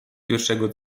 pierwszego